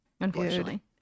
Unfortunately